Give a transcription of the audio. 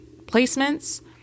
placements